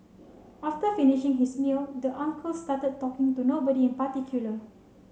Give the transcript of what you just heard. after finishing his meal the uncle started talking to nobody in particular